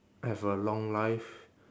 have a long life